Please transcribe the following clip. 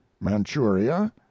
Manchuria